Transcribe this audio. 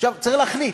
עכשיו צריך להחליט,